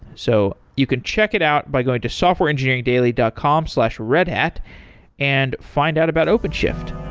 so you could check it out by going to softwareengineeringdaily dot com slash redhat and find out about openshift